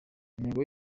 intego